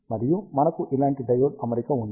మరియు మనకు ఇలాంటి డయోడ్ అమరిక ఉంది